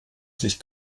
sich